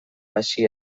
hasi